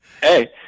Hey